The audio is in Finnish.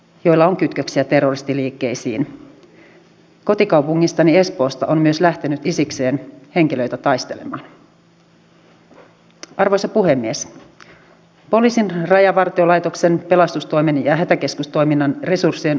joilla on kansallisesti jonkinlainen roskapankki joka kerää sitten ne omaan taseeseensa vai miten se aiotaan hoitaa itsehallintoalueen ja kuntien suhteen